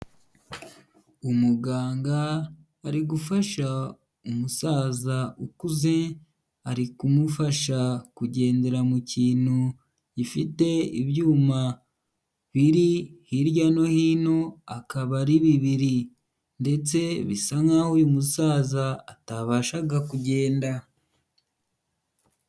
Umuganga ari gufasha umusaza ukuze, ari kumufasha kugendera mu kintu gifite ibyuma biri hirya no hino, akaba ari bibiri. Ndetse bisa nkaho uyu musaza atabashaga kugenda.